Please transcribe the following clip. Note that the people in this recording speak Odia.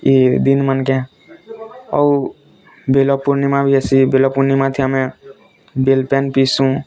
ଇ ଦିନ୍ ମାନ୍କେ ଆଉ ବେଲ୍ ପୂର୍ଣ୍ଣିମା ବି ଅସି ବେଲ୍ ପୂର୍ଣ୍ଣିମା ଥି ଆମେ ବେଲ୍ ପେନି ପିଇସୁ